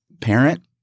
parent